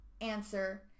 answer